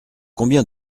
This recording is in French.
combien